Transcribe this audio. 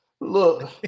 look